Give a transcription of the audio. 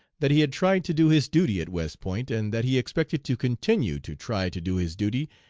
that he had tried to do his duty at west point, and that he expected to continue to try to do his duty,